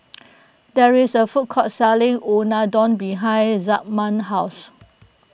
there is a food court selling Unadon behind Zigmund's house